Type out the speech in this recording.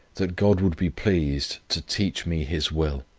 that god would be pleased to teach me his will.